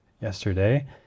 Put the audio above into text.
yesterday